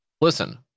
listen